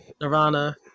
Nirvana